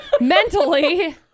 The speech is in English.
mentally